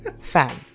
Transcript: fan